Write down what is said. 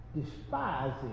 despises